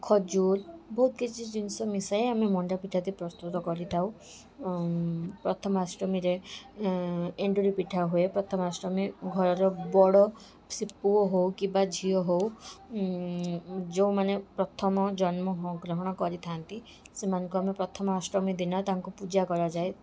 ଖଜୁର ବହୁତ କିଛି ଜିନିଷ ମିଶାଇ ଆମେ ମଣ୍ଡା ପିଠାଟି ପ୍ରସ୍ତୁତ କରିଥାଉ ଆଉ ପ୍ରଥମାଷ୍ଟମୀରେ ଏଣ୍ଡୁରି ପିଠା ହୁଏ ପ୍ରଥମାଷ୍ଟମୀ ଘରର ବଡ଼ ସେ ପୁଅ ହଉ କିମ୍ବା ଝିଅ ହଉ ଯଉଁମାନେ ପ୍ରଥମ ଜନ୍ମ ଗ୍ରହଣ କରିଥାନ୍ତି ସେମାନଙ୍କ ଆମେ ପ୍ରଥମାଷ୍ଟମୀ ଦିନ ତାଙ୍କୁ ପୂଜା କରାଯାଏ